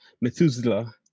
Methuselah